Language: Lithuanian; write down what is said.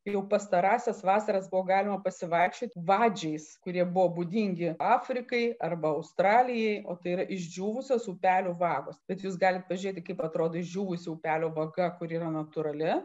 jau pastarąsias vasaras buvo galima pasivaikščioti vadžiais kurie buvo būdingi afrikai arba australijai o tai yra išdžiūvusios upelių vagos bet jūs galit pažiūrėti kaip atrodo išdžiūvusio upelio vaga kur yra natūrali